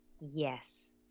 Yes